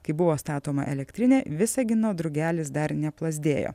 kai buvo statoma elektrinė visagino drugelis dar neplazdėjo